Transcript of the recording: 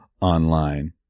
online